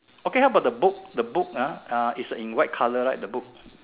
okay how about the book the book ah ah is a in white colour right the book